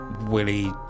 willie